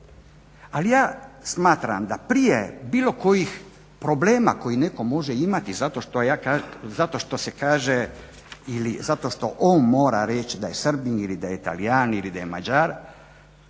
ali ja smatram da prije bilo kojih problema koje netko može imati zato što se kaže ili zato što on mora reći da je Srbin ili da je Talijan ili da je Mađar